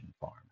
Farm